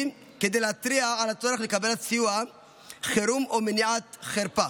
כדי להתריע על הצורך לקבלת סיוע חירום או מניעת החרפה.